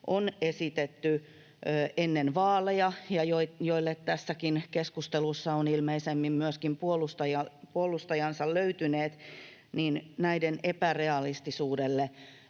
on esitetty ennen vaaleja ja joille tässäkin keskustelussa on ilmeisesti myöskin puolustajansa löytynyt. Oman kantansakin edustaja